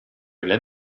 öyle